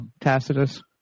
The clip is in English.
Tacitus